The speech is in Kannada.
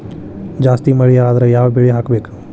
ಜಾಸ್ತಿ ಮಳಿ ಆದ್ರ ಯಾವ ಬೆಳಿ ಹಾಕಬೇಕು?